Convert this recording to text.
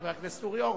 חבר הכנסת אורי אורבך.